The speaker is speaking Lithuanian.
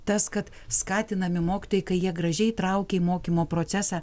tas kad skatinami mokytojai kai jie gražiai įtraukia į mokymo procesą